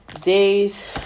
days